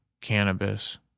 cannabis